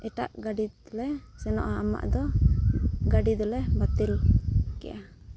ᱮᱴᱟᱜ ᱜᱟᱹᱰᱤ ᱛᱮᱞᱮ ᱥᱮᱱᱚᱜᱼᱟ ᱟᱢᱟᱜ ᱫᱚ ᱜᱟᱹᱰᱤ ᱫᱚᱞᱮ ᱵᱟᱹᱛᱤᱞ ᱠᱮᱫᱟ